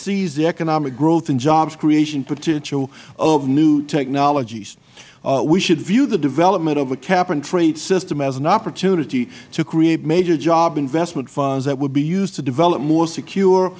seize the economic growth in jobs creation potential of new technologies we should view the development of a cap and trade system as an opportunity to create major job investment funds that would be used to develop more secure